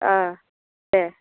देह